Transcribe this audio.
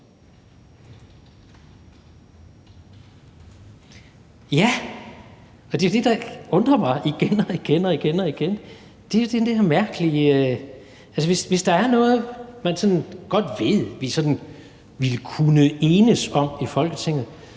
Ja, og det er det, der undrer mig igen og igen, og som jeg synes er mærkeligt. Hvis der er noget, man godt ved vi sådan ville kunne enes om i Folketinget,